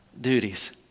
duties